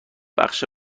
بخش